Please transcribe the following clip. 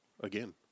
Again